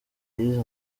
yize